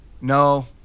No